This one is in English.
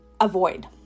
avoid